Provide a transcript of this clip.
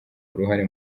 uruhare